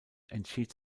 entschied